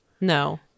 no